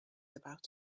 about